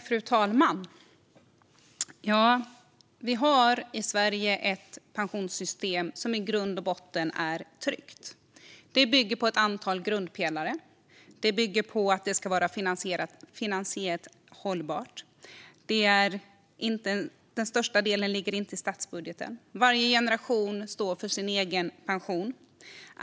Fru talman! Vi har i Sverige ett pensionssystem som i grund och botten är tryggt. Det bygger på ett antal grundpelare. Det bygger på att det ska vara finansiellt hållbart. Den största delen ligger inte i statsbudgeten. Varje generation står för sin egen pension.